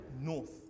North